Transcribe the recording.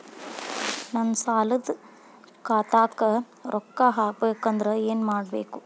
ನನ್ನ ಸಾಲದ ಖಾತಾಕ್ ರೊಕ್ಕ ಹಾಕ್ಬೇಕಂದ್ರೆ ಏನ್ ಮಾಡಬೇಕು?